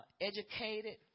educated